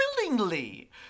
willingly